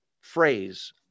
phrase